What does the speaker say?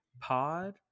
pod